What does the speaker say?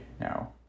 now